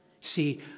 See